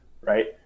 right